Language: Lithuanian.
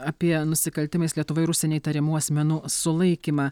apie nusikaltimais lietuvoje ir užsienyje įtariamų asmenų sulaikymą